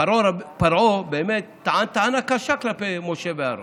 פרעה באמת טען טענה קשה כלפי משה ואהרן: